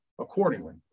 accordingly